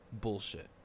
bullshit